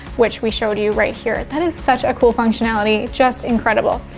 which we showed you right here. that is such a cool functionality, just incredible.